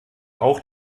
auch